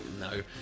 No